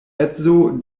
edzo